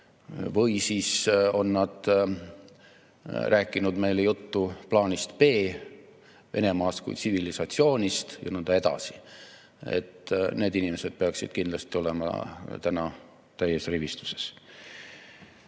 Või siis on nad rääkinud meile juttu plaanist B, Venemaast kui tsivilisatsioonist ja nõnda edasi. Need inimesed peaksid kindlasti olema täna täies rivistuses.